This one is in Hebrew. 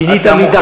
אתה מוכן,